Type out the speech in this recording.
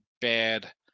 bad